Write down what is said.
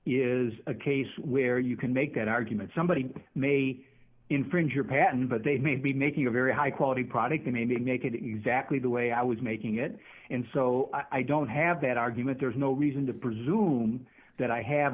is a case where you can make that argument somebody may infringe your patent but they may be making a very high quality product maybe make it exactly the way i was making it and so i don't have that argument there's no reason to presume that i have